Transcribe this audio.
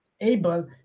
able